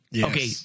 Okay